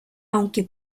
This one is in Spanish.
aunque